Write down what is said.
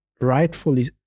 rightfully